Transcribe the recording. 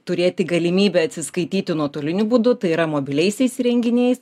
turėti galimybę atsiskaityti nuotoliniu būdu tai yra mobiliaisiais įrenginiais